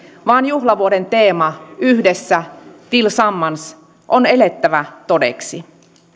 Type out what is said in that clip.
vaan juhlavuoden teema yhdessä tillsammans on elettävä todeksi